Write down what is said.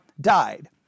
died